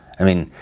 i mean,